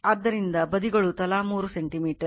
ಆದ್ದರಿಂದ ಬದಿಗಳು ತಲಾ 3 ಸೆಂಟಿಮೀಟರ್